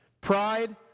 Pride